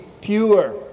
pure